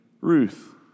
Ruth